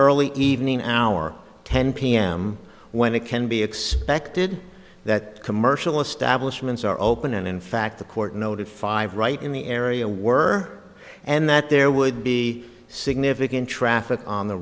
early evening hour ten pm when it can be expected that commercial establishments are open and in fact the court noted five right in the area were and that there would be significant traffic on the